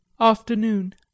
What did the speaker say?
Afternoon